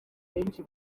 benshi